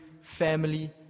family